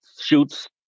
shoots